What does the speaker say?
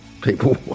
people